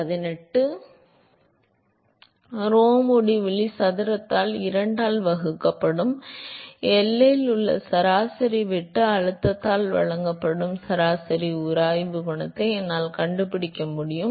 எனவே rho முடிவிலி சதுரத்தால் 2 ஆல் வகுக்கப்படும் எல்லையில் உள்ள சராசரி வெட்டு அழுத்தத்தால் வழங்கப்படும் சராசரி உராய்வு குணகத்தை என்னால் கண்டுபிடிக்க முடியும்